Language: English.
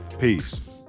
Peace